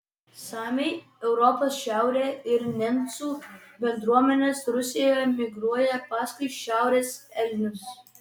samiai europos šiaurėje ir nencų bendruomenės rusijoje migruoja paskui šiaurės elnius